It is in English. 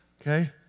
okay